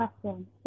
question